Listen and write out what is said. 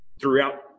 throughout